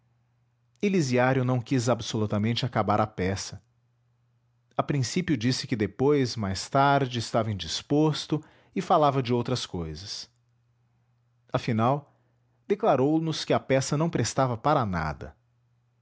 elisiário não quis absolutamente acabar a peça a princípio disse que depois mais tarde estava indisposto e falava de outras cousas afinal declarou nos que a peça não prestava para nada